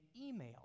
email